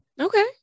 Okay